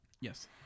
Yes